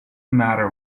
matter